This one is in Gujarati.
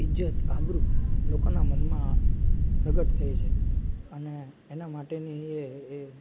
ઇજ્જત આબરૂ લોકોના મનમાં પ્રગટ થઈ છે અને એના માટેની એ એ